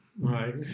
Right